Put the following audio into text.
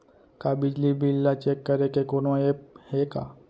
का बिजली बिल ल चेक करे के कोनो ऐप्प हे का?